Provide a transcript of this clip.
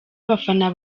abafana